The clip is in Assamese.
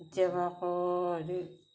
কেতিয়াবা আকৌ হেৰি